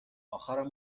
اخرم